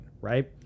right